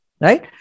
right